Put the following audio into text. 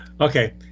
Okay